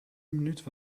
minuut